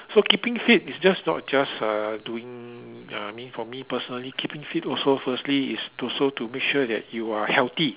so keeping fit is just not just uh doing I mean for me personally keeping fit also firstly is also to make sure that you are healthy